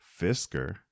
Fisker